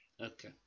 Okay